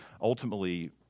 ultimately